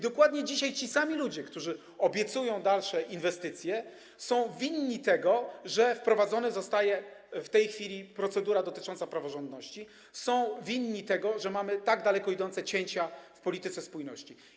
Dokładnie dzisiaj ci sami ludzie, którzy obiecują dalsze inwestycje, są winni tego, że w tej chwili zostaje wprowadzona procedura dotycząca praworządności, są winni tego, że mamy tak daleko idące cięcia w polityce spójności.